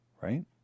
Right